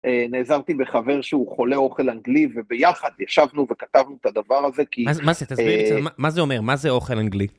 נעזרתי בחבר שהוא חולה אוכל אנגלי, וביחד ישבנו וכתבנו את הדבר הזה כי... מה זה? תסביר לי את זה, מה זה אומר? מה זה אוכל אנגלי?